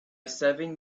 seven